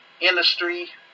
industry